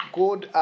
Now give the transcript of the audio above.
good